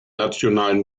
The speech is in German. nationalen